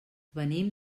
venim